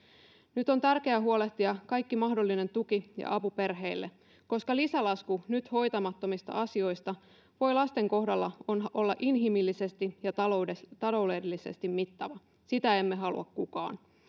nyt on tärkeää huolehtia kaikki mahdollinen tuki ja apu perheille koska lisälasku nyt hoitamattomista asioista voi lasten kohdalla olla inhimillisesti ja taloudellisesti mittava sitä emme halua kukaan